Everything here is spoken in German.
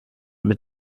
mit